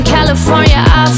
California